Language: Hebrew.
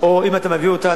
ואם אתה מביא אותה,